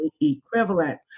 equivalent